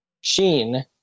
Sheen